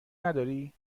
نداری